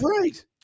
Right